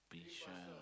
Bishan